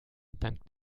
dank